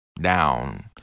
down